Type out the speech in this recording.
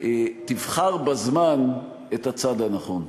תבחר בזמן את הצד הנכון.